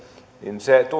se